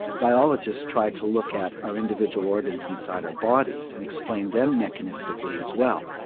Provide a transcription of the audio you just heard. biologists tried to look at our individual organs inside our bodies and explain them mechanistically as well.